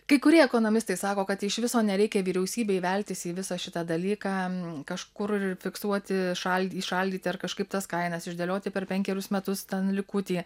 kai kurie ekonomistai sako kad iš viso nereikia vyriausybei veltis į visą šitą dalyką kažkur ir fiksuoti šaldyt įšaldyti ar kažkaip tas kainas išdėlioti per penkerius metus ten likutį